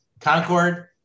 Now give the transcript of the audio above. Concord